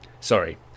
Sorry